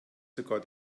sogar